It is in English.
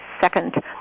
second